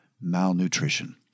malnutrition